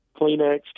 kleenex